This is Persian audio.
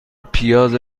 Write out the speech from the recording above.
پیاز